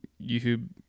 YouTube